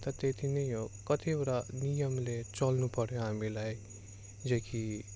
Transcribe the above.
त त्यति नै हो कतिवटा नियमले चल्नुपर्यो हामीलाई जो कि